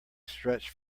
stretched